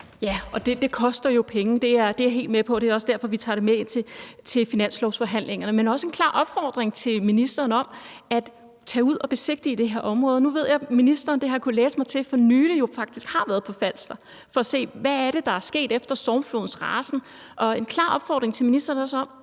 Ja, og det koster jo penge. Det er jeg helt med på. Det er også derfor, vi tager det med ind til finanslovsforhandlingerne. Men det er også en klar opfordring til ministeren om at tage ud og besigtige det her område. Nu ved jeg, at ministeren – det har jeg kunnet læse mig til for nylig – jo faktisk har været på Falster for at se, hvad det er, der er sket efter stormflodens rasen. Så jeg har en klar opfordring til ministeren om